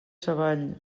savall